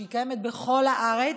מדובר בבעיה שקיימת בכל הארץ,